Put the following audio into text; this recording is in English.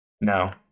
No